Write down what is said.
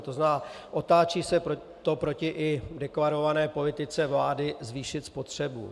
To znamená, otáčí se to i proti deklarované politice vlády zvýšit spotřebu.